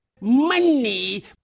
money